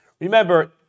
Remember